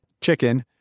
chicken